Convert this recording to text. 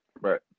Right